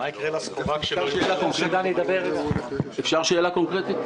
אפשר לשאול שאלה קונקרטית?